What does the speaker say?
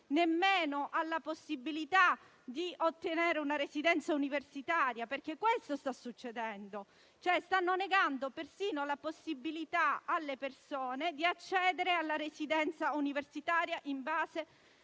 accesso alla possibilità di ottenere una residenza universitaria. Questo sta succedendo. Si sta negando persino la possibilità di accedere alla residenza universitaria in base